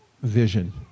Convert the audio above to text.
vision